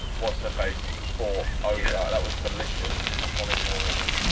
what's-her-face bought oh, yeah, that was delicious and i wanted more of it,